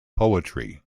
poetry